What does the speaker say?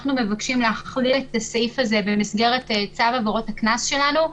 אנחנו מבקשים להכליל את הסעיף הזה במסגרת צו עבירות הקנס שלנו.